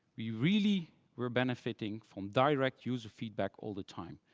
we really were benefiting from direct user feedback all the time.